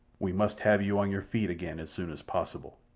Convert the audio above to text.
we must have you on your feet again as soon as possible.